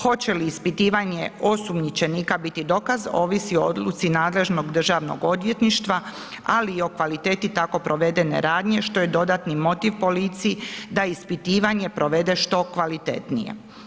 Hoće li ispitivanje osumnjičenika biti dokaz, ovisi i odluci nadležnog državnog odvjetništva ali i o kvaliteti tako provedene radnje što je dodatni motiv policiji da ispitivanje provede što kvalitetnije.